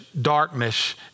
darkness